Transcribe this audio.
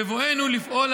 בבואנו לפעול,